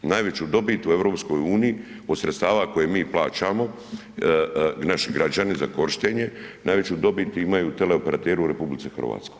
Najveću dobit u EU od sredstava koje mi plaćamo i naši građani za korištenje, najveću dobit imaju teleoperateri u RH.